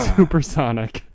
Supersonic